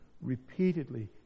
repeatedly